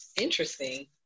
interesting